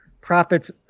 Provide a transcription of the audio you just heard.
prophets